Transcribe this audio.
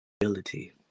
ability